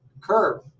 curve